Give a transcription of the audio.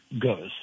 goes